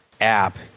app